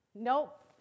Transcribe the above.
Nope